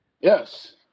Yes